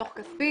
דוח כספי,